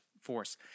force